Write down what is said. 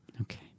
Okay